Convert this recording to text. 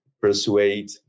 persuade